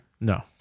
No